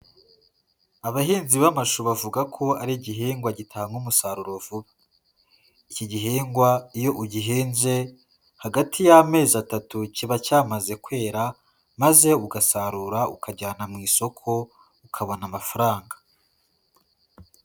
Abahinzi b'amashu bavuga ko ari igihingwa gitanga umusaruro vuba. Iki gihingwa iyo ugihinze, hagati y'amezi atatu kiba cyamaze kwera, maze ugasarura ukajyana mu isoko ukabona amafaranga.